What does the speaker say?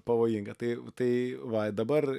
pavojinga tai tai va dabar